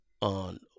on